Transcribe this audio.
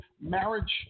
marriage